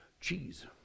cheese